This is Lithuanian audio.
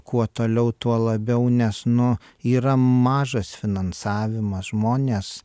kuo toliau tuo labiau nes nu yra mažas finansavimas žmonės